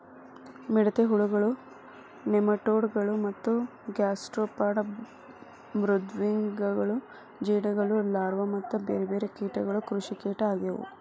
ಮಿಡತೆ ಹುಳಗಳು, ನೆಮಟೋಡ್ ಗಳು ಮತ್ತ ಗ್ಯಾಸ್ಟ್ರೋಪಾಡ್ ಮೃದ್ವಂಗಿಗಳು ಜೇಡಗಳು ಲಾರ್ವಾ ಮತ್ತ ಬೇರ್ಬೇರೆ ಕೇಟಗಳು ಕೃಷಿಕೇಟ ಆಗ್ಯವು